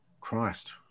Christ